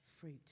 fruit